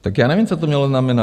Tak já nevím, co to mělo znamenat?